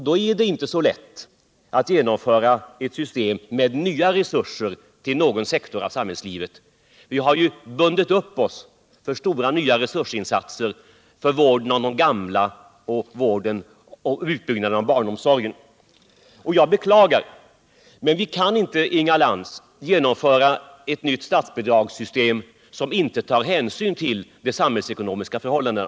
Då är det inte så lätt att genomföra ett system som innebär att nya resurser skall tilldelas någon sektor av samhällslivet. Vi har ju bundit oss för stora resursinsuatser när det gäller vården av de gamla och utbyggnaden av barnomsorgen. Jag beklagar, Inga Fantz, men vi kan inte genomföra et statsbidragssystem som inte tar hänsyn till de samhällsekonomiska förhållandena.